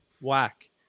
whack